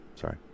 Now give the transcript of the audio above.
Sorry